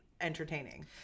entertaining